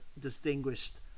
distinguished